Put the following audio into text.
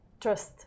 trust